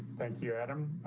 thank you, adam.